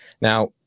Now